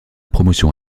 promotion